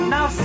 Now